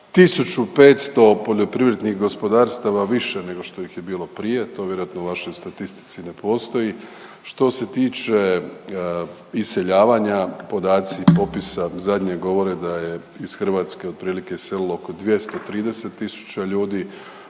1.500 poljoprivrednih gospodarstava više nego što ih je bilo prije, to vjerojatno u vašoj statistici ne postoji. Što se tiče iseljavanja podaci popisa zadnjeg govore da je iz Hrvatske otprilike iselilo oko 230 tisuća ljudi.